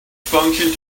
function